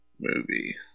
movie